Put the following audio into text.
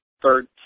third